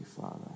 Father